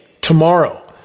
tomorrow